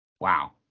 Wow